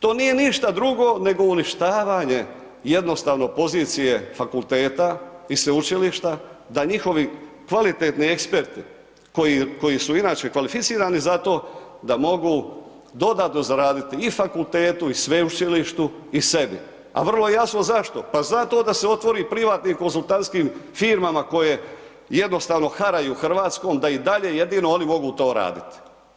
To nije ništa drugo nego uništavanje jednostavno pozicije fakulteta i sveučilišta da njihovi kvalitetni eksperti koji su inače kvalificirani za to, da mogu dodatno zaraditi i fakultetu i sveučilištu i sebi a vrlo je jasno zašto, pa zato da se otvori privatni konzultantskim firmama koje jednostavno haraju Hrvatskom, da i dalje jedino oni mogu to raditi.